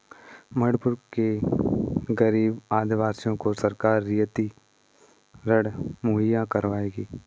मणिपुर के गरीब आदिवासियों को सरकार रियायती ऋण मुहैया करवाएगी